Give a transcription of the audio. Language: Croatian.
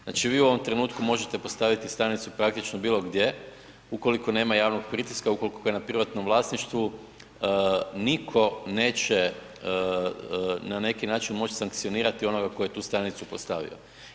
Znači vi u ovom trenutku možete postaviti stanicu praktično bilo gdje ukoliko nema javnog pritiska, ukoliko ga na privatnom vlasništvu nitko neće na neki način moći sankcionirati onoga tko je tu stanicu postavio.